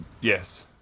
Yes